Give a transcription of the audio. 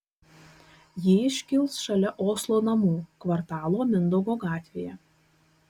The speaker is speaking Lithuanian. ji iškils šalia oslo namų kvartalo mindaugo gatvėje